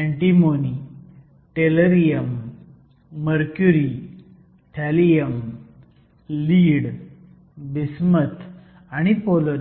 antimony tellurium mercury thallium lead bismuth आणि polonium